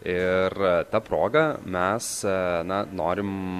ir ta proga mes na norim